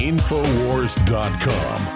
Infowars.com